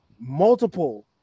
Multiple